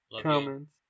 comments